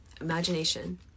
Imagination